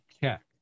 check